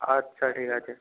আচ্ছা ঠিক আছে